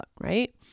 right